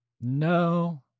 No